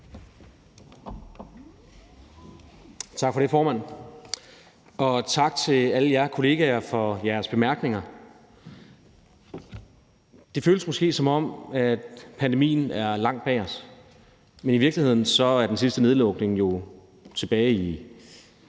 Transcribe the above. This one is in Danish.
Tak for det, formand, og tak til alle jer kollegaer for jeres bemærkninger. Det føles måske, som om pandemien er langt bag os, men i virkeligheden var den sidste nedlukning jo tilbage i